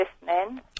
listening